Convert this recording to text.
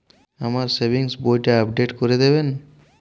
আমার সেভিংস বইটা আপডেট করে দেবেন?